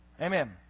Amen